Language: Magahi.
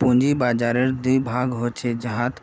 पूंजी बाजाररेर दी भाग ह छेक जहात